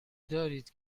دارید